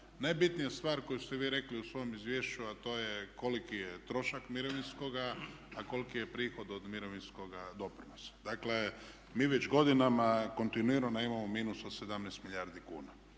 najbitnija stvar koju ste vi rekli u svom izvješću a to je koliki je trošak mirovinskoga a koliki je prihod od mirovinskoga doprinosa. Dakle mi već godinama kontinuirano imamo minus od 17 milijardi kuna.